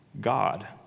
God